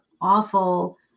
awful